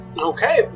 Okay